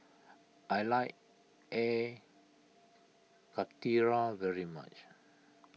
I like Air Karthira very much